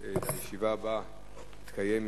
הישיבה הבאה תתקיים,